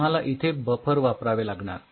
तुम्हाला इथे बफर वापरावे लागणार